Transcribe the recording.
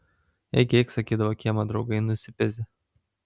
eik eik sakydavo kiemo draugai nusipezi